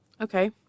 okay